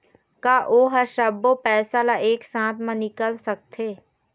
का ओ हर सब्बो पैसा ला एक साथ म निकल सकथे?